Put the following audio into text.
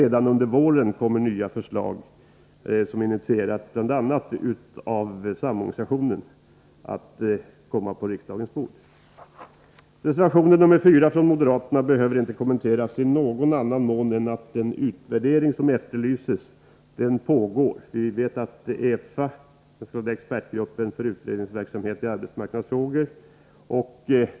Redan under våren kommer nya förslag, som initierats av bl.a. Samorganisationen, på riksdagens bord. Reservationen nr 4 från moderaterna behöver inte kommenteras i någon annan mån än att den utvärdering som efterlyses pågår i Efa, den s.k. expertgruppen för utredningsverksamhet i arbetsmarknadsfrågor.